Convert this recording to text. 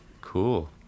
Cool